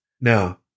Now